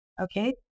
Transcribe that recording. Okay